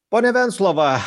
pone venclova